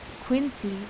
Quincy